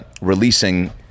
releasing